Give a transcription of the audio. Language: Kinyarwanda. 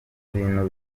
ibintu